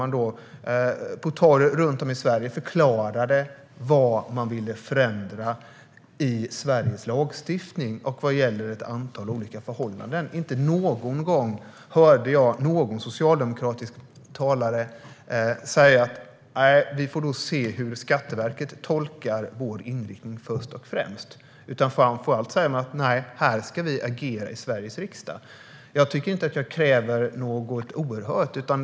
På torg runt om i Sverige förklarade man vad i Sveriges lagstiftning när det gäller ett antal olika förhållanden som man vill förändra. Inte någon gång hörde jag någon socialdemokratisk talare säga "Nej, vi får först och främst se hur Skatteverket tolkar vår inriktning." Man säger framför allt "Här ska vi agera i Sveriges riksdag." Jag tycker inte att jag kräver något oerhört.